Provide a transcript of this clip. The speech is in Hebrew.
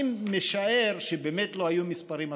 אני משער שבאמת לא היו מספרים אסטרונומיים,